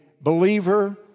believer